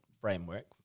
framework